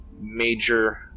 major